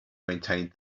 maintained